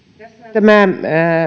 tämä